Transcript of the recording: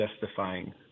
justifying